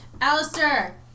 Alistair